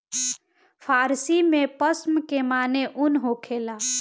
फ़ारसी में पश्म के माने ऊन होखेला